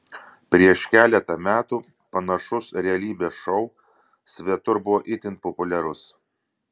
prieš keletą metų panašus realybės šou svetur buvo itin populiarus